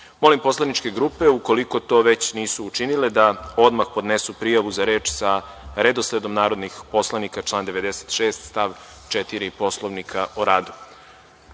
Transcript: grupe. Molim poslaničke grupe, ukoliko to već nisu učinile, da odmah podnesu prijavu za reč sa redosledom narodnih poslanika, član 96. stav 4. Poslovnika o